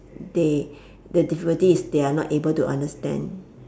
they the difficulty is they're not able to understand